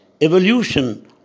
evolution